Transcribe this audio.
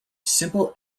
simple